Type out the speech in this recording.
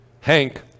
Hank